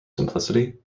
simplicity